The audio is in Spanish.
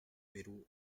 perú